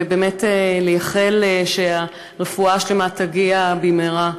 ובאמת לייחל שהרפואה השלמה תגיע במהרה.